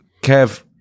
Kev